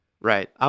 right